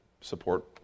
support